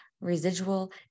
residual